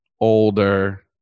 older